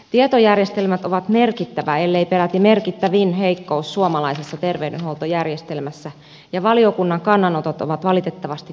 tietojärjestelmät on merkittävä ellei peräti merkittävin heikkous suomalaisessa terveydenhuoltojärjestelmässä ja valiokunnan kannanotot ovat valitettavasti täyttä asiaa